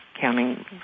counting